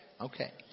Okay